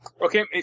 Okay